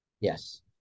yes